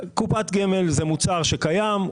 קופת גמל זה מוצר שקיים.